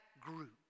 group